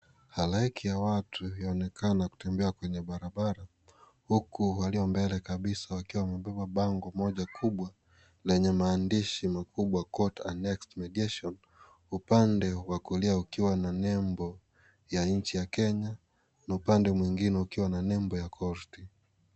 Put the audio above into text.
Halaiki ya watu ilionekana kutembea kwenye barabara huku walio mbele wamebeba bango moja kubwa lenye maandishi makubwa court annex mediation upande wa kulia ukiwa una nembo ya nchi ya kenya na upande mwingine ukiwa na nembo ya kositi.